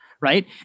right